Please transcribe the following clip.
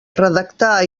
redactar